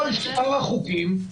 כל שאר החוקים,